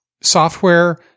Software